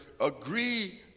agree